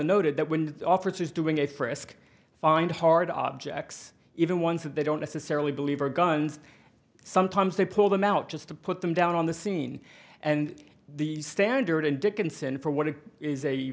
noted that wind officers doing a frisk find hard objects even ones that they don't necessarily believe are guns sometimes they pull them out just to put them down on the scene and the standard in dickinson for what it is a